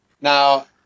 Now